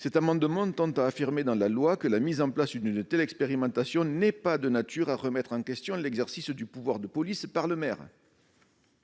Cet amendement tend à affirmer dans la loi que la mise en place d'une telle expérimentation n'est pas de nature à remettre en question l'exercice du pouvoir de police par le maire.